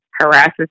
harasses